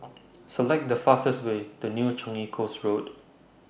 Select The fastest Way to New Changi Coast Road